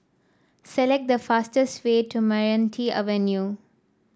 select the fastest way to Meranti Avenue